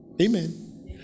Amen